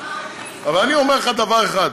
אבל אני אומר לך דבר אחד: